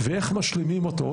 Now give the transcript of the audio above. ואיך משלימים אותו,